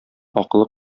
акылы